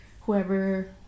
whoever